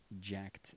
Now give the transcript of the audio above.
jacked